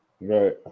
Right